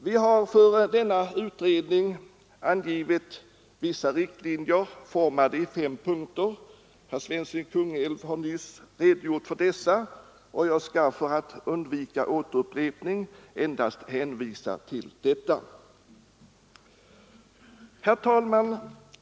Vi har för denna utredning angivit vissa riktlinjer, utformade i fem punkter. Herr Svensson i Kungälv har nyss redogjort för dessa, och jag skall — för att undvika upprepning — endast hänvisa till vad han anfört. Herr talman!